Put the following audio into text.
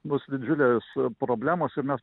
bus didžiulės problemos ir mes